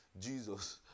Jesus